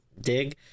dig